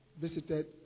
visited